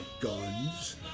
guns